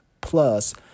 plus